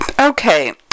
okay